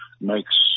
makes